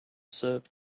served